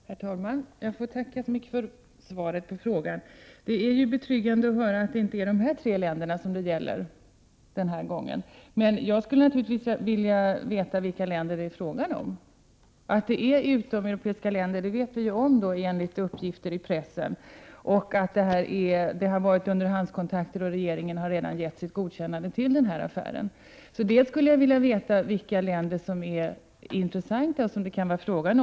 Herr talman! Jag ber att få tacka så mycket för svaret på min fråga. Det var betryggande att höra att det den här gången inte gäller dessa tre länder. Men jag skulle naturligtvis vilja veta vilka länder det är fråga om. Vi har ju genom uppgifter i pressen fått kännedom om att det rör sig om utomeuropeiska länder och att det förekommit underhandskontakter samt att regeringen redan har gett sitt godkännande till den här affären. Jag skulle vilja veta vilka länder som kan tänkas vara intressanta.